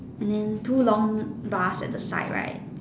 and two long bars at the side right